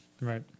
Right